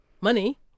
money